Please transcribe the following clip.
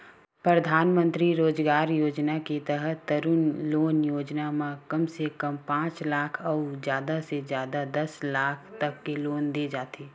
परधानमंतरी रोजगार योजना के तहत तरून लोन योजना म कम से कम पांच लाख अउ जादा ले जादा दस लाख तक के लोन दे जाथे